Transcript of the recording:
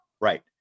Right